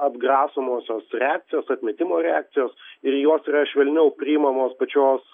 atgrasomosios reakcijos atmetimo reakcijos ir jos yra švelniau priimamos pačios